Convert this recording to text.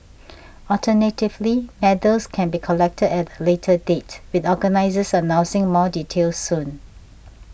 alternatively medals can be collected at a later date with organisers announcing more details soon